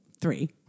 three